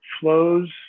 flows